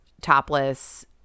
topless